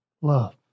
love